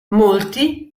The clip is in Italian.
molti